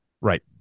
Right